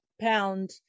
pound